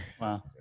wow